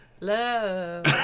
love